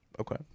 Okay